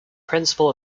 principle